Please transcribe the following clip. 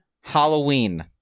Halloween